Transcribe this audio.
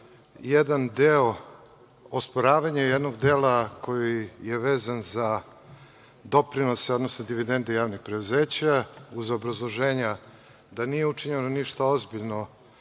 jedan deo osporavanja jednog dela koji je vezan za doprinose odnose dividende javnih preduzeća, uz obrazloženja da nije učinjeno ništa ozbiljno